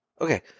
okay